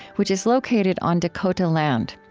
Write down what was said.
which is located on dakota land.